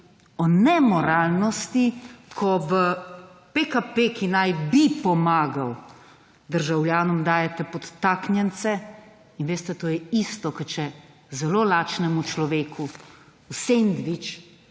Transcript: o nemoralnosti ko v PKP, ki naj bi pomagal državljanom dajete podtaknjence. Veste to je isto kot če zelo lačnemu človeku v sendvič